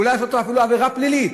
אולי לעשות זאת אפילו עבירה פלילית,